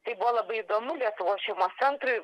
tai buvo labai įdomu lietuvos šeimos centrui